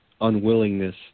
unwillingness